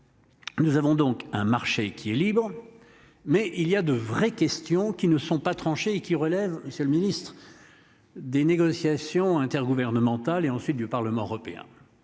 Nous avons donc un marché qui est libre. Mais il y a de vraies questions qui ne sont pas tranchées et qui relève Monsieur le Ministre. Des négociations intergouvernementales et ensuite du Parlement européen.